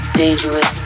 dangerous